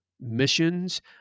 missions